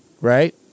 right